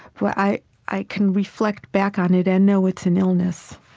but i i can reflect back on it and know it's an illness